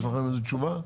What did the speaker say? יש לכם איזו תשובה?